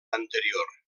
anterior